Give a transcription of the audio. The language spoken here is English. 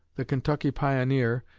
the kentucky pioneer,